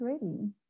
ready